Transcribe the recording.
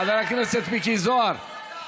חבר הכנסת מיקי זוהר שר אוצר,